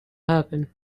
happen